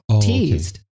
teased